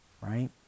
Right